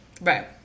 Right